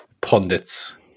pundits